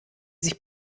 sich